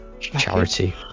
charity